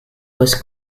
was